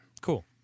cool